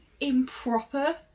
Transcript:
improper